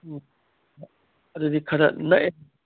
ꯑꯗꯨꯗꯤ ꯈꯔ ꯅꯛꯑꯦ